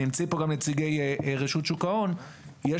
נמצאים פה גם נציגי רשות שוק ההון; יש